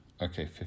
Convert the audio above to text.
Okay